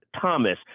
Thomas